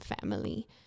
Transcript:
family